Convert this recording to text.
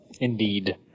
indeed